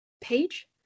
page